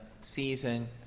season